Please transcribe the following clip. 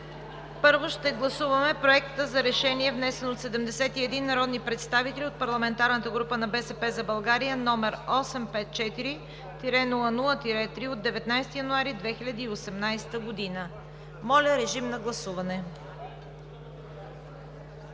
Първо ще гласуваме Проекта за решение, внесен от 71 народни представители от парламентарната група на „БСП за България“, № 854-00-3, от 19 януари 2018 г. Гласували